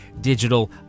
digital